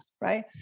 right